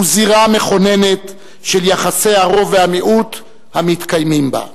הוא זירה מכוננת של יחסי הרוב והמיעוט המתקיימים בה.